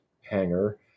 hanger